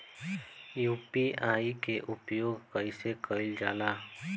UPI के उपयोग कइसे कइल जाला?